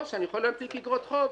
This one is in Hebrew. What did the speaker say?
או שאני יכול להנפיק אגרות חוב,